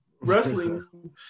wrestling